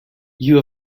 you